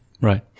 Right